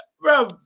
Bro